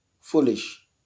foolish